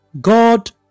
God